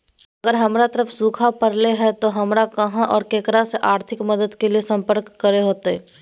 अगर हमर तरफ सुखा परले है तो, हमरा कहा और ककरा से आर्थिक मदद के लिए सम्पर्क करे होतय?